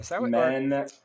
Men